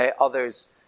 others